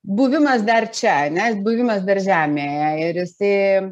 buvimas dar čia ane buvimas dar žemėje ir jisai